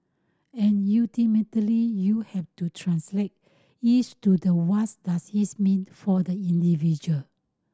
and ultimately you have to translate each to the what does it mean for the individual